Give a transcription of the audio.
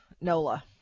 NOLA